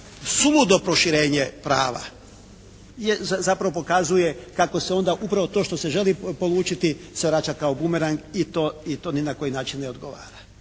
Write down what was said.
suludo proširenje prava je zapravo pokazuje kako se onda upravo to što se želi polučiti se vraća kao bumerang i to ni na koji način ne odgovara.